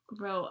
Bro